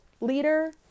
leader